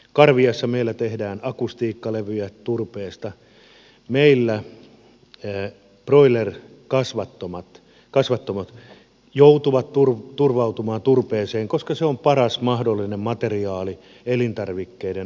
karviassa meillä tehdään akustiikkalevyjä turpeesta ja meillä broiler kasvattamot joutuvat turvautumaan turpeeseen koska se on paras mahdollinen materiaali elintarvikkeiden alkutuotannossa